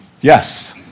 Yes